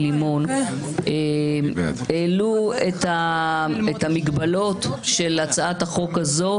לימון העלו את המגבלות של הצעת החוק הזאת,